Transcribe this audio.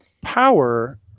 power